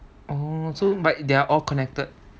orh so but they're all connected